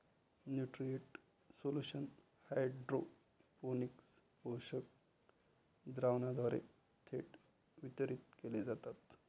nutrient solution hydroponics पोषक द्रावणाद्वारे थेट वितरित केले जातात